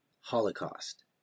Holocaust